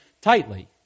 tightly